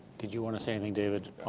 did you want to say anything, david,